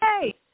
hey